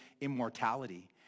immortality